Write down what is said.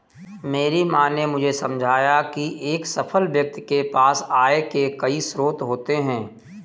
मेरी माँ ने मुझे समझाया की एक सफल व्यक्ति के पास आय के कई स्रोत होते हैं